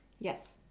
Yes